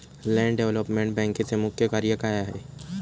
Land development बँकेचे मुख्य कार्य काय आहे?